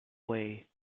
way